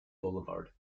boulevard